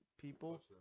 people